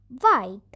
white